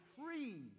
free